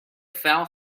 fell